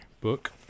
book